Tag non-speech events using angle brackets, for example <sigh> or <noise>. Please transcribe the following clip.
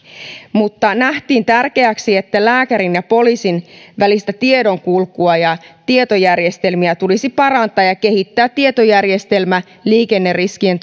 nähtiin tärkeäksi että lääkärin ja poliisin välistä tiedonkulkua ja tietojärjestelmiä tulisi parantaa ja kehittää tietojärjestelmä liikenneriskien <unintelligible>